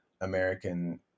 american